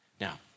Now